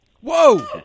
Whoa